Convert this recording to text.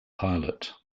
pilot